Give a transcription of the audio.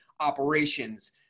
operations